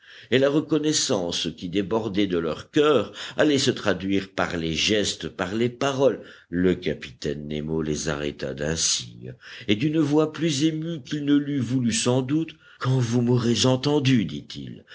et la reconnaissance qui débordait de leurs coeurs allait se traduire par les gestes par les paroles le capitaine nemo les arrêta d'un signe et d'une voix plus émue qu'il ne l'eût voulu sans doute quand vous m'aurez entendu dit-il